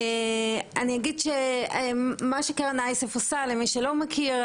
אני אגיד על מה שקרן אייסף עושה למי שלא מכיר,